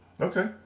Okay